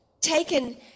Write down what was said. taken